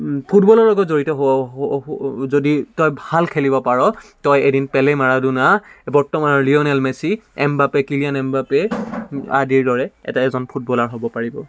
ফুটবলৰ লগত জড়িত হোৱা যদি তই ভাল খেলিব পাৰ তই এদিন পেলে মাৰাডুনা বৰ্তমান Lionel Messi Mbappe Kylian Mbappe আদিৰ দৰে এটা এজন ফুটবলাৰ হ'ব পাৰিব